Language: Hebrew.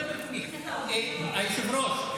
היושב-ראש,